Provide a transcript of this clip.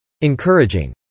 Encouraging